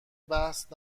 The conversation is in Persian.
بحث